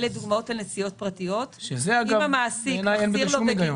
אלה דוגמאות לנסיעות פרטיות --- בעיניי אין בזה שום היגיון.